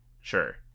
Sure